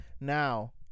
now